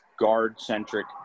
guard-centric